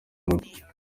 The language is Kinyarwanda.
umutwe